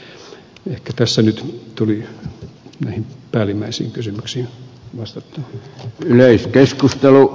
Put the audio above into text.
ehkä tässä nyt tuli näihin päällimmäisiin kysymyksiin vastattua